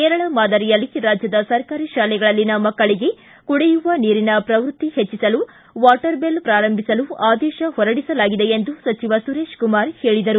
ಕೇರಳ ಮಾದರಿಯಲ್ಲಿ ರಾಜ್ಯದ ಸರ್ಕಾರಿ ಶಾಲೆಗಳಲ್ಲಿನ ಮಕ್ಕಳಲ್ಲಿ ಕುಡಿಯುವ ನೀರಿನ ಪ್ರವೃತ್ತಿ ಹೆಚ್ಚಿಸಲು ವಾಟರ್ ಬೆಲ್ ಪ್ರಾರಂಭಿಸಲು ಆದೇಶ ಹೊರಡಿಸಲಾಗಿದೆ ಎಂದು ಸಚಿವ ಸುರೇಶ ಕುಮಾರ್ ಹೇಳಿದರು